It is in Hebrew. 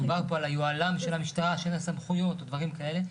דובר פה על היוהל"ן של המשטרה שאין לה סמכויות או דברים כאלה,